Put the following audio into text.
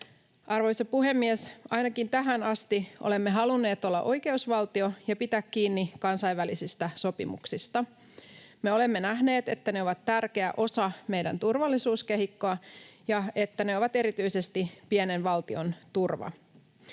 Arvoisa puhemies! Ainakin tähän asti olemme halunneet olla oikeusvaltio ja pitää kiinni kansainvälisistä sopimuksista. Me olemme nähneet, että ne ovat tärkeä osa meidän turvallisuuskehikkoamme ja että ne ovat erityisesti pienen valtion turva.